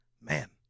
man